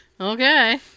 Okay